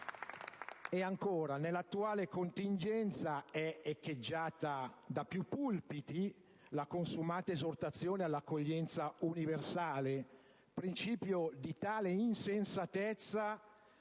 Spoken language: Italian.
E ancora, nell'attuale contingenza è echeggiata da più pulpiti la consumata esortazione all'accoglienza universale, principio di tale insensatezza